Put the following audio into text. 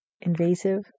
invasive